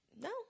no